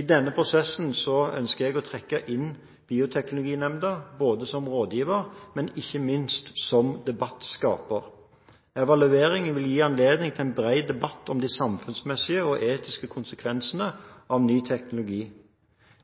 I denne prosessen ønsker jeg å trekke inn Bioteknologinemnda både som rådgiver og ikke minst som debattskaper. Evalueringen vil gi anledning til en bred debatt om de samfunnsmessige og etiske konsekvensene av ny teknologi.